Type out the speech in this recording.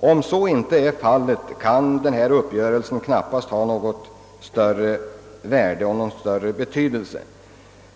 Om så inte är fallet kan denna uppgörelse knappast ha något större värde eller någon större betydelse.